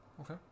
Okay